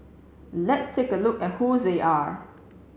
let's take a look at who they are